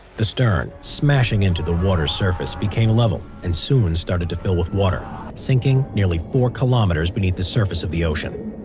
the stern smashing into the water surface became level and sewers started to fill with water sinking nearly four kilometers beneath the surface of the ocean